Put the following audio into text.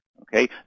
okay